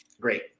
great